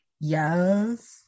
Yes